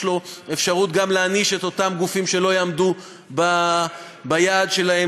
יש בו אפשרות גם להעניש את אותם גופים שלא יעמדו ביעד שלהם.